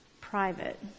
private